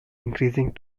increasing